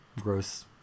gross